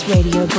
Radio